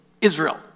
Israel